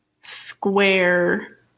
square